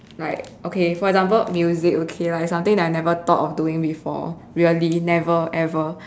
like okay for example music okay lah it's something I never thought of doing before really never ever